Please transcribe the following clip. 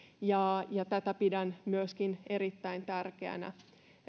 tätä pidän myöskin erittäin tärkeänä